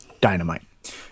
Dynamite